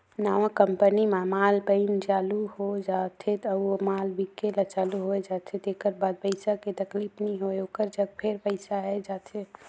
नवा कंपनी म माल बइन चालू हो जाथे अउ माल बिके ले चालू होए जाथे तेकर बाद पइसा के तकलीफ नी होय ओकर जग फेर पइसा आए जाथे